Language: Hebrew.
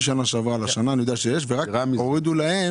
הורידו להן